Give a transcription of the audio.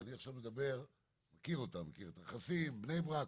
אני מכיר אותן רכסים, בני-ברק